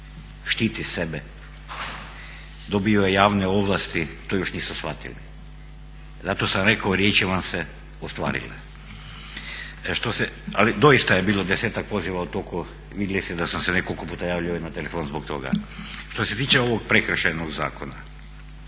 štiti sebe, dobio javne ovlasti to još nisu shvatili. Zato sam rekao riječi vam se ostvarile. Ali doista je bilo desetak poziva u toku, vidjeli ste da sam se nekoliko puta javljao na telefon zbog toga. Što se tiče ovog Prekršajnog zakona,